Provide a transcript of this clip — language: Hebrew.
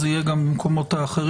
זה יהיה גם במקומות האחרים.